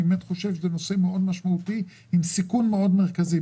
אני באמת חושב שזה נושא מאוד משמעותי עם סיכון מאוד מרכזי.